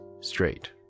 Straight